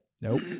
Nope